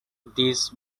this